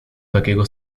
takiego